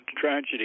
tragedy